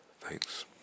Thanks